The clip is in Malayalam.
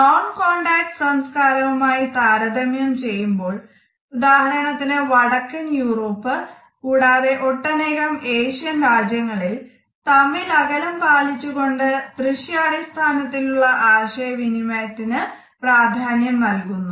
നോൺ കോൺടാക്ട് സംസ്കാരവുമായി താരതമ്യം ചെയ്യുമ്പോൾ ഉദാഹരണത്തിന് വടക്കൻ യൂറോപ്പ് കൂടാതെ ഒട്ടനേകം ഏഷ്യൻ രാജ്യങ്ങളിൽ തമ്മിൽ അകലം പാലിച്ചുകൊണ്ട് ദൃശ്യാടിസ്ഥാനത്തിലുള്ള ആശയ വിനിമയത്തിന് പ്രാധാന്യം നൽകുന്നു